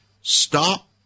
Stop